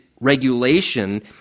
regulation